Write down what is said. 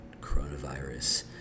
coronavirus